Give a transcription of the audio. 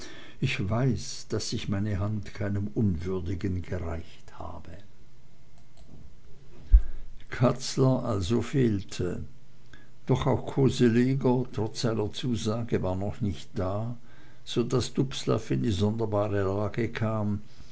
ich weiß daß ich meine hand keinem unwürdigen gereicht habe katzler also fehlte doch auch koseleger trotz seiner zusage war noch nicht da so daß dubslav in die sonderbare lage kam